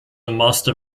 master